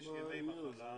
מה זה העניין הזה?